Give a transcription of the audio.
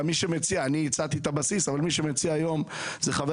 אחרי שהצעתי את הבסיס המציע היום הוא חבר